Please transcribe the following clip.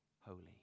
holy